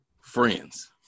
friends